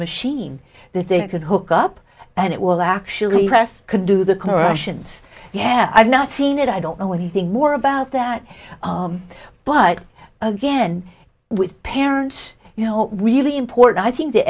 machine that they can hook up and it will actually press can do the cautions yeah i've not seen it i don't know anything more about that but again with parents you know really important i think th